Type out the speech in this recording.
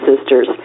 sisters